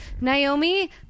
Naomi